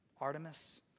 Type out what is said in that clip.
Artemis